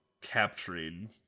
capturing